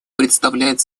представляет